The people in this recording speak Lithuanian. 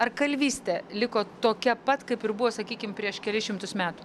ar kalvystė liko tokia pat kaip ir buvo sakykim prieš kelis šimtus metų